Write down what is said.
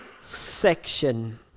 section